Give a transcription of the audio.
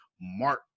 Mark